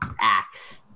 axe